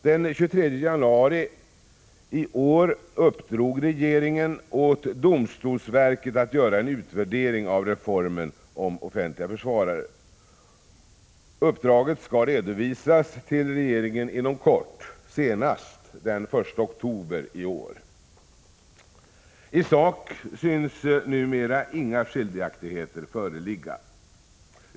Den 23 januari i år uppdrog regeringen åt domstolsverket att göra en utvärdering av reformen om offentlig försvarare. Uppdraget skall inom kort redovisas för regeringen, senast den 1 oktober i år. I sak synes numera inga skiljaktigheter föreligga.